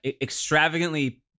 extravagantly